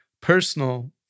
personal